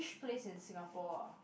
place in Singapore ah